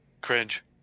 Cringe